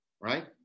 Right